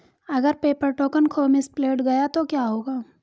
अगर paper token खो misplaced गया तो क्या होगा?